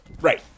right